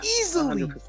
easily